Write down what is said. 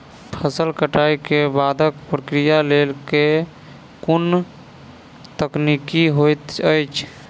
फसल कटाई केँ बादक प्रक्रिया लेल केँ कुन तकनीकी होइत अछि?